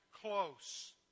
close